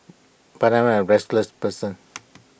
but I'm A restless person